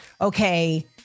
okay